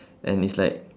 and it's like